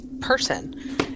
person